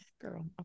girl